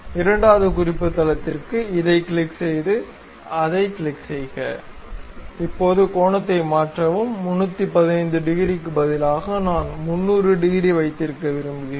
இரண்டாவது குறிப்பு தளத்திற்க்கு இதை கிளிக் செய்து அதைக் கிளிக் செய்க இப்போது கோணத்தை மாற்றவும் 315 டிகிரிக்கு பதிலாக நான் 300 டிகிரி வைத்திருக்க விரும்புகிறேன்